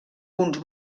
uns